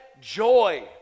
joy